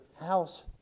house